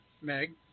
Meg